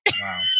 wow